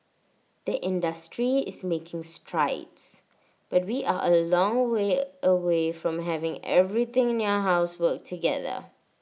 the industry is making strides but we are A long way away from having everything in your house work together